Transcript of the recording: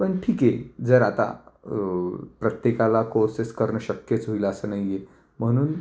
पण ठीक आहे जर आता प्रत्येकाला कोर्सेस करणं शक्यच होईल असं नाही आहे म्हणून